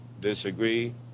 disagree